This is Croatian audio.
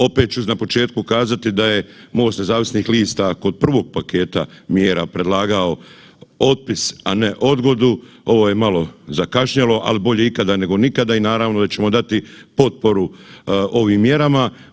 Opet ću na početku kazati da je MOST nezavisnih lista kod prvog paketa mjera predlagao otpis, a ne odgodu, ovo je malo zakašnjelo, ali bolje ikada nego nikada i naravno da ćemo dati potporu ovim mjerama.